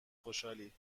خوشحالییییی